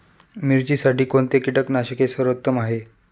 मिरचीसाठी कोणते कीटकनाशके सर्वोत्तम आहे?